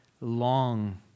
long